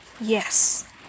Yes